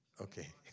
Okay